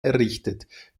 errichtet